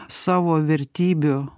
savo vertybių